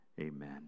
Amen